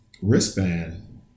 wristband